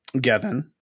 Gavin